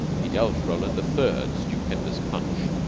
he dealt roland a third stupendous punch.